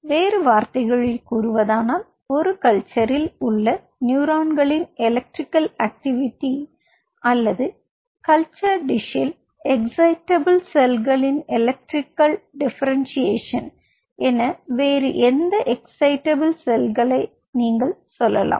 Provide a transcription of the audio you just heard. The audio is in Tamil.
வேறு வார்த்தைகளில் கூறுவதானால் ஒரு கல்ச்சர்ல் உள்ள நியூரான்களின் எலக்ட்ரிகல் ஆக்டிவிட்டி அல்லது கல்ச்சர் டிஷ்ஷில் எக்ஸைடேபிள் செல்களின் எலக்ட்ரிகல் டிஃபரென்ஷியஸான் என வேறு எந்த எக்ஸைடேபிள் செல்களை நீங்கள் சொல்லலாம்